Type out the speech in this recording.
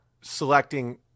selecting